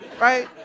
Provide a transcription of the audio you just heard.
Right